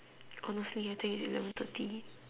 honestly I think eleven thirty